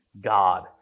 God